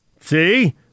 See